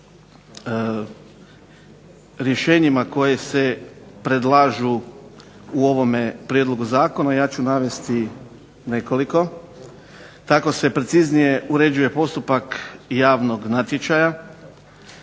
rješenjima koja se predlažu u ovome prijedlog zakona ja ću navesti nekoliko. Tako se preciznije uređuje postupak javnog natječaja,